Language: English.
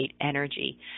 energy